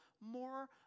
more